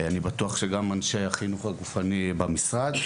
אני בטוח שגם אנשי החינוך הגופני במשרד.